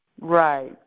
Right